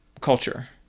culture